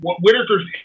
Whitaker's